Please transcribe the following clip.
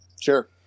Sure